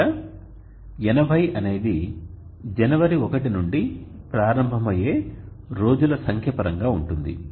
ఇక్కడ 80 అనేది Jan 1 నుంచి ప్రారంభమయ్యే రోజుల సంఖ్య పరంగా ఉంటుంది